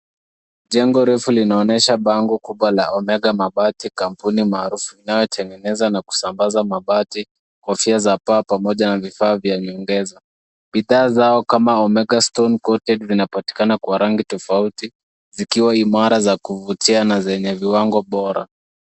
Jengo refu linaonyesha bango kubwa la Omega Mabati, kampuni maarufu inayotengeneza na kusambaza mabati, kofia za paa pamoja na vifaa vya nyongeza. Bidhaa zao kama Omega stone coated vinapatikana kwa rangi tofauti zikiwa imara, za kuvutia na zenye viwango bora.